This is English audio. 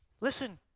Listen